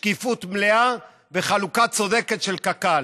שקיפות מלאה וחלוקה צודקת של קק"ל.